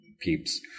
peeps